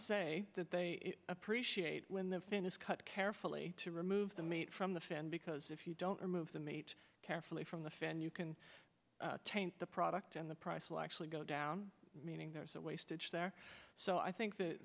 say that they appreciate when the fin is cut carefully to remove the meat from the fan because if you don't remove the meat carefully from the fan you can taint the product and the price will actually go down meaning there's a wastage there so i think th